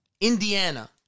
Indiana